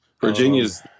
virginia's